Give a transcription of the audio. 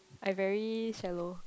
I very shallow